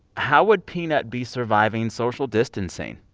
how would peanut be surviving social distancing?